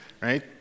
right